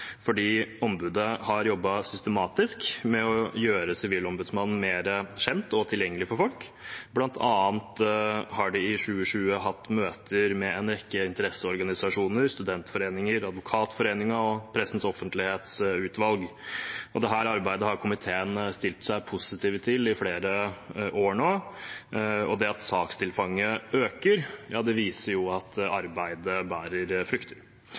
fordi ombudet har jobbet systematisk med å gjøre Sivilombudsmannen mer kjent og tilgjengelig for folk. Blant annet. har de i 2020 hatt møter med en rekke interesseorganisasjoner, studentforeninger, Advokatforeningen og Pressens Offentlighetsutvalg. Dette arbeidet har komiteen stilt seg positive til i flere år nå, og det at sakstilfanget øker, viser at arbeidet bærer frukter.